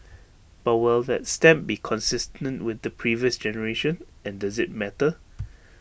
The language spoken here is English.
but will that stamp be consistent with the previous generation and does IT matter